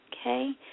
okay